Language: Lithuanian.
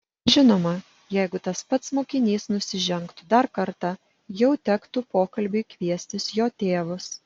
žinoma jeigu tas pats mokinys nusižengtų dar kartą jau tektų pokalbiui kviestis jo tėvus